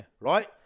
Right